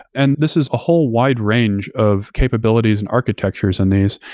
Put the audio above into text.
and this is a whole wide range of capabilities and architectures in these.